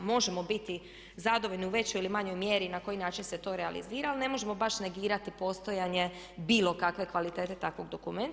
Možemo biti zadovoljni u većoj ili manjoj mjeri na koji način se to realizira ali ne možemo baš negirati postojanje Bilo kakve kvalitete takvog dokumenta.